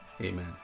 amen